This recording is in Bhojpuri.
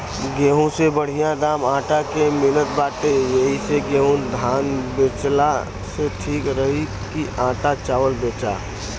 गेंहू से बढ़िया दाम आटा के मिलत बाटे एही से गेंहू धान बेचला से ठीक रही की आटा चावल बेचा